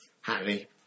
Harry